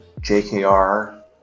JKR